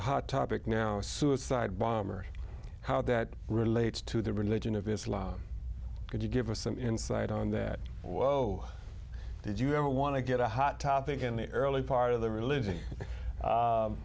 a hot topic now a suicide bomber how that relates to the religion of islam could you give us some in so i don't that wojo did you ever want to get a hot topic in the early part of the religion